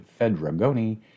Fedragoni